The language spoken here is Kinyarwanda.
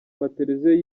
mateleviziyo